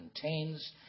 contains